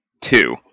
two